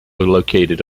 located